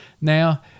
Now